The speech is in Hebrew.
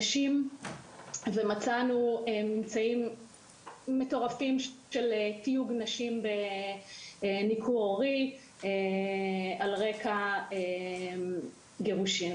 נשים ומצאנו ממצאים מטורפים של תיוג נשים בניכור הורי על רקע גירושים.